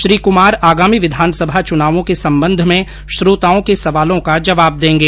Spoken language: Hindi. श्री कमार आगामी विधानसभा चुनावों के संबंध में श्रोताओं र्क सवालों का जवाब देंगे